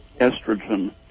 estrogen